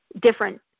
different